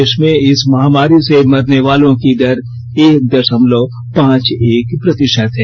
देश में इस महामारी से मरने वालों की दर एक दशमलव पांच एक प्रतिशत है